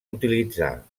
utilitzar